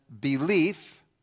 belief